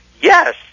Yes